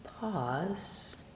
pause